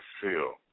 feel